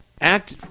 act